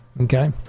Okay